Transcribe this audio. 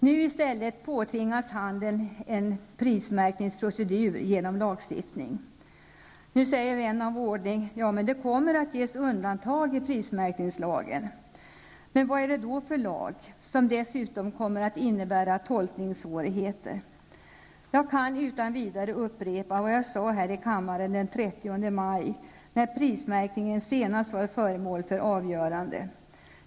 Nu påtvingas i stället handeln en prismärkningsprocedur genom lagstiftning. Nu säger vän av ordning: ''Ja, men det kommer att ges undantag i prismärkningslagen.'' Men vad är det då för en lag, som dessutom kommer att innebära tolkningssvårigheter? Jag kan utan vidare upprepa vad jag sade här i kammaren den 30 maj när prismärkningen senast var föremål för avgörande.